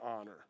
honor